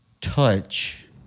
touch